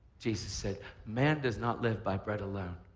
jesus said man does not live by bread alone.